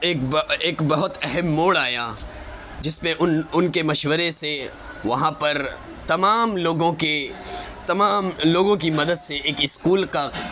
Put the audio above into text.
ایک بہ ایک بہت اہم موڑ آیا جس میں ان ان کے مشورے سے وہاں پر تمام لوگوں کے تمام لوگوں کی مدد سے ایک اسکول کا